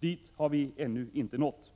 Dit har vi ännu inte nått.